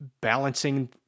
balancing